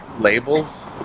labels